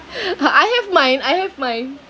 uh I have mine I have mine